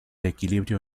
equilibrio